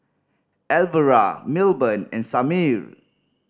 Alvera Milburn and Samir